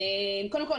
קודם כל,